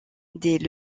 dès